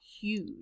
huge